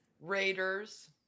Raiders